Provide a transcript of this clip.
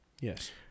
Yes